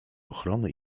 ochrony